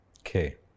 Okay